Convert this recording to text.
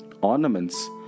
ornaments